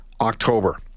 October